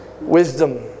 Wisdom